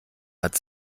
hat